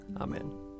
Amen